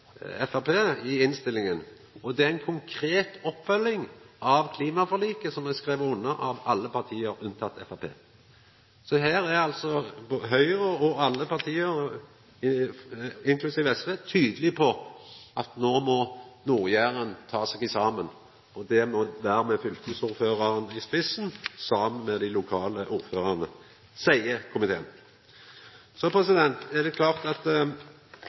i innstillinga. Det er ei konkret oppfølging av klimaforliket, som alle partia har skrive under på, bortsett frå Framstegspartiet. Så her er altså Høgre og alle dei andre partia, inklusiv SV, tydelege på at no må Nord-Jæren ta seg saman, med fylkesordføraren i spissen saman med dei lokale ordførarane, seier komiteen. Så er det klart at